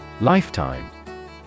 Lifetime